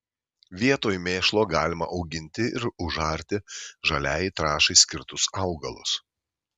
vietoj mėšlo galima auginti ir užarti žaliajai trąšai skirtus augalus